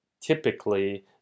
typically